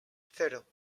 cero